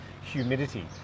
humidity